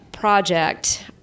project